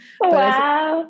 Wow